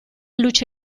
luce